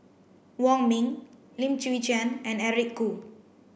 Wong Ming Lim Chwee Chian and Eric Khoo